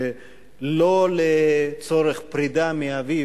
לא לצורך פרידה מאביו,